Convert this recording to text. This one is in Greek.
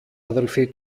αδελφή